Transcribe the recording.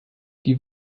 die